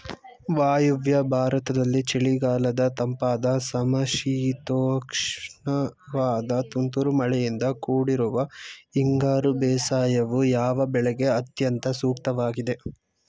ವಾಯುವ್ಯ ಭಾರತದಲ್ಲಿ ಚಳಿಗಾಲದ ತಂಪಾದ ಸಮಶೀತೋಷ್ಣವಾದ ತುಂತುರು ಮಳೆಯಿಂದ ಕೂಡಿರುವ ಹಿಂಗಾರು ಬೇಸಾಯವು, ಯಾವ ಬೆಳೆಗೆ ಅತ್ಯಂತ ಸೂಕ್ತವಾಗಿದೆ?